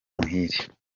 muhire